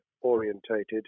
orientated